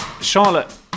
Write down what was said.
Charlotte